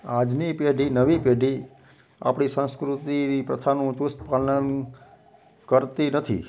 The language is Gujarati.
આજની પેઢી નવી પેઢી આપણી સંસ્કૃતિની પ્રથાનું ચુસ્ત પાલન કરતી નથી